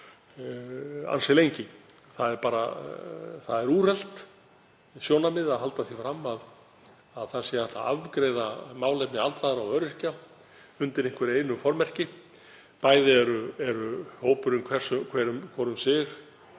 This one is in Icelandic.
Það er úrelt sjónarmið að halda því fram að hægt sé að afgreiða málefni aldraðra og öryrkja undir einhverju einu formerki, bæði er hópurinn hvor um sig